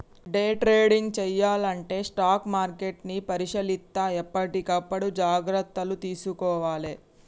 day trading చెయ్యాలంటే stock మార్కెట్ని పరిశీలిత్తా ఎప్పటికప్పుడు జాగర్తలు తీసుకోవాలే